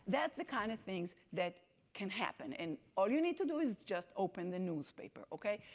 that's the kind of things that can happen. and all you need to do is just open the newspaper, okay?